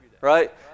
right